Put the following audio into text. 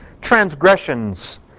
transgressions